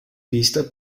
pista